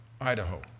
Idaho